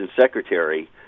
secretary